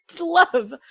love